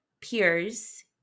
peers